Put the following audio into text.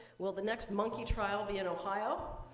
will the next monkey trial be in ohio?